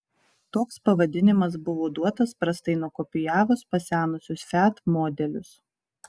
toks pavadinimas buvo duotas prastai nukopijavus pasenusius fiat modelius